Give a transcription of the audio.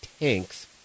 tanks